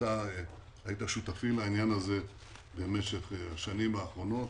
אתה היית שותפי לעניין הזה במשך השנים האחרונות